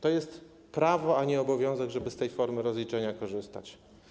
To jest prawo, a nie obowiązek, żeby z tej formy rozliczenia korzystać.